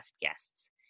guests